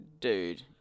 dude